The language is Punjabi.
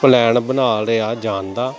ਪਲੈਨ ਬਣਾ ਲਿਆ ਜਾਣ ਦਾ